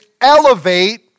elevate